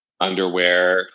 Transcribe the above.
underwear